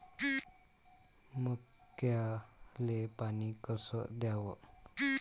मक्याले पानी कस द्याव?